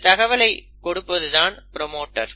இந்த தகவலை கொடுப்பதுதான் ப்ரோமோட்டர்